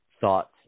thoughts